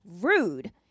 rude